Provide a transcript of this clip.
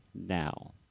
Now